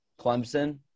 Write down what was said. Clemson